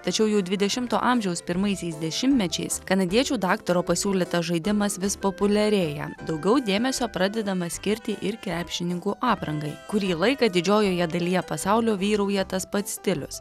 tačiau jau dvidešimto amžiaus pirmaisiais dešimtmečiais kanadiečių daktaro pasiūlytas žaidimas vis populiarėja daugiau dėmesio pradedama skirti ir krepšininkų aprangai kurį laiką didžiojoje dalyje pasaulio vyrauja tas pats stilius